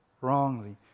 wrongly